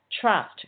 trust